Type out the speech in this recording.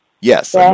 yes